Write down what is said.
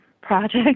project